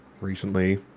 recently